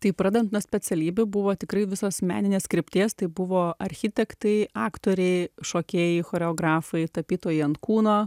tai pradedant nuo specialybių buvo tikrai visos meninės krypties tai buvo architektai aktoriai šokėjai choreografai tapytojai ant kūno